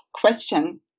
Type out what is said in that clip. question